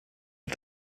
auf